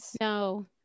No